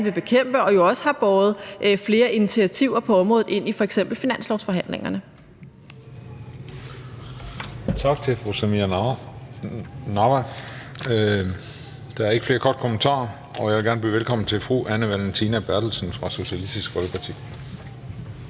vil bekæmpe, og vi har jo også båret flere initiativer på området ind i f.eks. finanslovsforhandlingerne.